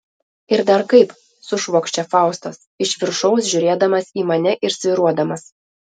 ir dar kaip sušvokščia faustas iš viršaus žiūrėdamas į mane ir svyruodamas